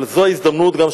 אבל זו ההזדמנות גם,